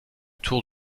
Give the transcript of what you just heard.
tour